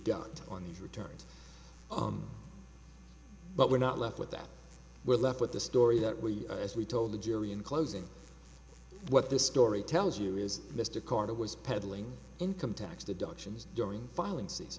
deduct on these returns but we're not left with that we're left with the story that we as we told the jury in closing what this story tells you is mr carter was peddling income tax deductions during filing s